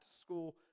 School